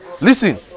Listen